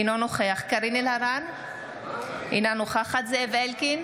אינו נוכח קארין אלהרר, אינה נוכחת זאב אלקין,